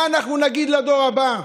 מה נגיד לדור הבא,